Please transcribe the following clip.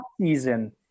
season